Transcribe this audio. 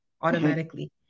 automatically